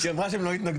היא אמרה שהם לא יתנגדו.